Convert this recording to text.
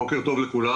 בוקר טוב לכולם,